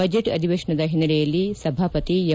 budget ಅಧಿವೇಶನದ ಹಿನ್ನೆಲೆಯಲ್ಲಿ ಸಭಾಪತಿ ಎಂ